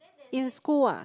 in school ah